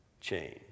change